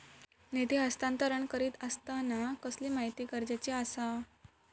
निधी हस्तांतरण करीत आसताना कसली माहिती गरजेची आसा?